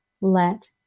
let